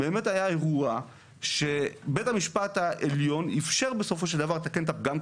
באמת היה אירוע שבית המשפט העליון אפשר בסופו של דבר לתקן את הפגם,